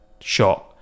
shot